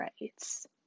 rights